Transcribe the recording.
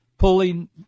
Pulling